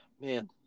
man